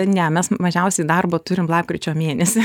ne mes mažiausiai darbo turim lapkričio mėnesį